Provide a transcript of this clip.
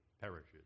perishes